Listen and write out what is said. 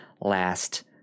last